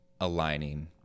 aligning